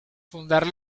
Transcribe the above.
fundar